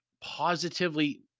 positively